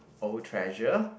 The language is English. old treasure